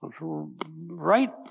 right